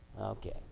Okay